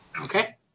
Okay